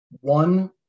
One